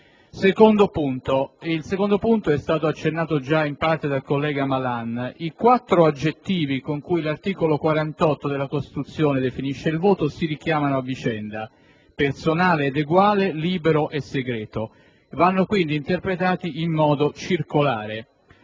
dell'ordinamento. Il secondo punto è stato già in parte accennato dal collega Malan. I quattro aggettivi con i quali l'articolo 48 della Costituzione definisce il voto si richiamano a vicenda: personale ed uguale, libero e segreto. Vanno quindi interpretati in modo circolare.